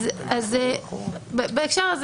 (היו"ר זאב בנימין בגין, 11:17) בהקשר הזה